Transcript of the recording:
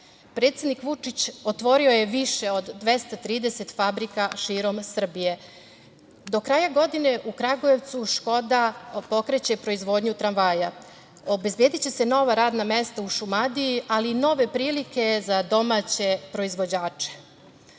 Vučić otvorio je više od 230 fabrika širom Srbije. Do kraja godine u Kragujevcu „Škoda“ pokreće proizvodnju tramvaja. Obezbediće se nova radna mesta u Šumadiji, ali i nove prilike za domaće proizvođače. Ekonomske